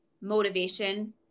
motivation